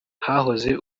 hahoze